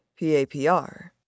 PAPR